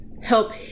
help